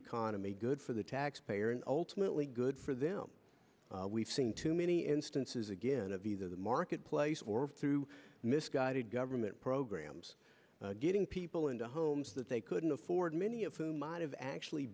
economy good for the taxpayer and ultimately good for them we've seen too many instances again of either the marketplace or through misguided government programs getting people into homes that they couldn't afford many of whom might have actually